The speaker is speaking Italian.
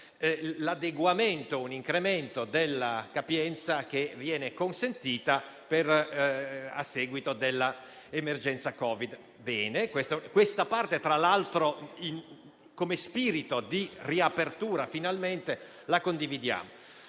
L'adeguamento prevede un incremento della capienza che viene consentita a seguito dell'emergenza Covid. Questa parte, tra l'altro, nel suo spirito di riapertura finalmente, la condividiamo.